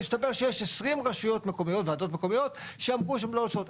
מסתבר שיש 20 ועדות מקומיות שאמרו שהן לא עושות.